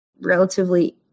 relatively